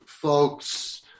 Folks